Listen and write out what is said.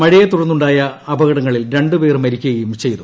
മഴയെത്തുടർന്നുണ്ടായ അപകടങ്ങളിൽ രണ്ടുപേർ മരിക്കുകയും ചെയ്തു